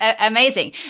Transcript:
amazing